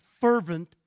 fervent